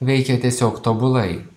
veikia tiesiog tobulai